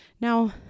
Now